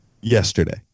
Yesterday